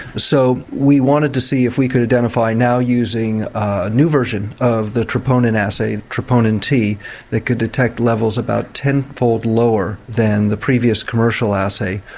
so we wanted to see if we could identify now using a new version of the troponin assay, troponin t that could detect levels about ten-fold lower than the previous commercial assay,